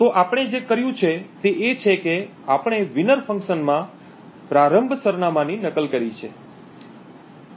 તેથી આપણે જે કર્યું છે તે છે કે આપણે વિનર ફંક્શનના પ્રારંભ સરનામાંની નકલ કરી છે